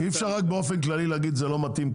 אי אפשר רק באופן כללי להגיד זה לא מתאים,